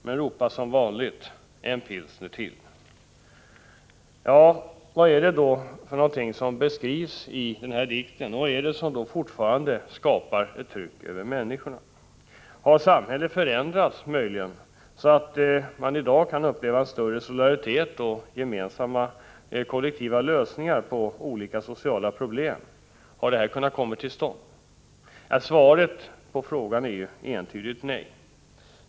Men ropar som vanligt: En pilsner till! Vad är det då som beskrivs i den här dikten? Vad är det som fortfarande skapar ett tryck på människor? Har samhället möjligen förändrats, så att man i dag kan uppleva större solidaritet och gemensamma kollektiva lösningar på olika sociala problem? Har sådant kunnat komma till stånd? Svaret på frågorna är entydigt nej.